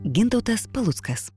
gintautas paluckas